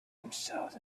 themselves